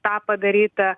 tą padaryti